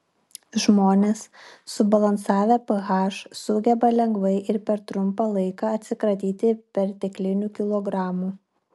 žmonės subalansavę ph sugeba lengvai ir per trumpą laiką atsikratyti perteklinių kilogramų